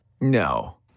No